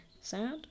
sad